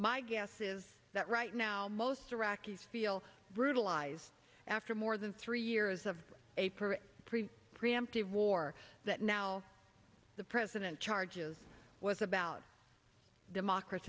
my guess is that right now most iraqis feel brutalized after more than three years of a per pre preemptive war that now the president charges was about democra